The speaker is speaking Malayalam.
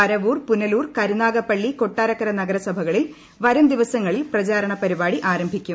പരവൂർ പുനലൂർ കരുനാഗപ്പള്ളി കൊട്ടാരക്കര നഗരസഭകളിൽ വരുംദിവസങ്ങളിൽ പ്രചാരണ പരിപാടി ആരംഭിക്കും